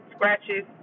Scratches